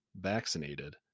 vaccinated